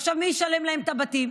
עכשיו, מי ישלם להם על הבתים?